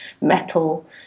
metal